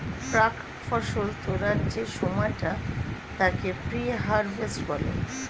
প্রাক্ ফসল তোলার যে সময়টা তাকে প্রি হারভেস্ট বলে